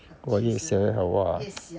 我一时 oh !wah!